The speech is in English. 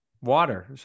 Water